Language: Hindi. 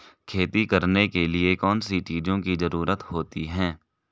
खेती करने के लिए कौनसी चीज़ों की ज़रूरत होती हैं?